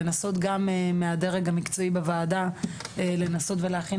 ומהדרג המקצועי בוועדה לנסות ולהכין